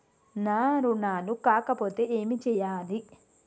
నా రుణాలు కాకపోతే ఏమి చేయాలి?